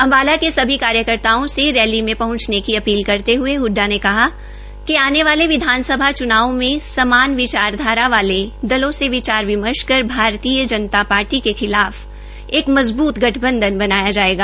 अम्बाला के सभी कार्यकर्ताओं से रैली में पहंचने की अपील करते हये हड़डा ने कहा कि आने वाले विधानसभा च्नावों में समान विचारधारा वाले दलों से विचार विमर्श कर भारतीय जनता पार्टी के खिलाफ एक मजबूत गठबंधन बनाया जाएगा